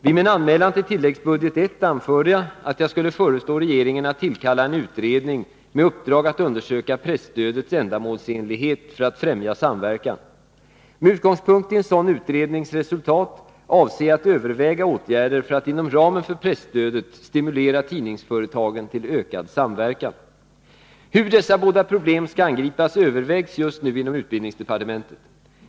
Vid min anmälan till tilläggsbudget I anförde jag att jag skulle föreslå regeringen att tillkalla en utredning med uppdrag att undersöka presstödets ändamålsenlighet för att främja samverkan, Med utgångspunkt i en sådan utrednings resultat avser jag att överväga åtgärder för att inom ramen för presstödet stimulera tidningsföretagen till ökad samverkan. Hur dessa båda problem skall angripas övervägs just nu inom utbildningsdepartementet.